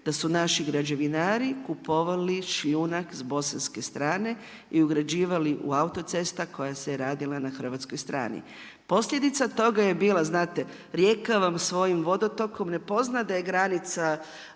da su naši građevinari kupovali šljunak s Bosanske strane i ugrađivali u autoceste koja se je radila na hrvatskoj strani. Posljedica toga je bila, znate, rijeka vam svojim vodotokom ne poza da je granica